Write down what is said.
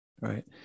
Right